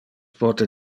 pote